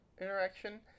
interaction